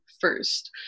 first